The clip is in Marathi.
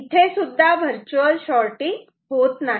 इथेसुद्धा वर्च्युअल शॉटिंग होत नाही